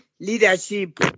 leadership